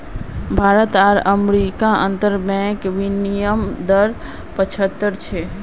भारत आर अमेरिकार अंतर्बंक विनिमय दर पचाह्त्तर छे